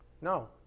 no